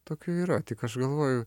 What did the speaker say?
tokių yra tik aš galvoju